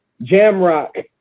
Jamrock